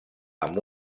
amb